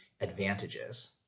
advantages